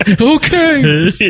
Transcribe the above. Okay